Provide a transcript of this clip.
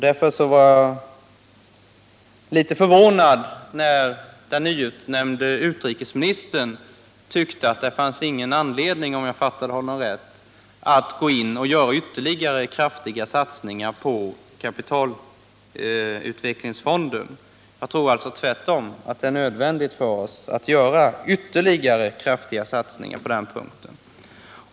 Därför blev jag litet förvånad när den nyutnämnde utrikesministern tyckte — om jag fattade honom rätt — att det inte fanns någon anledning att gå in och göra ytterligare kraftiga satsningar på kapitalutvecklingsfonden. Jag tror alltså att det tvärtom är nödvändigt för oss att göra ytterligare kraftiga satsningar på den punkten.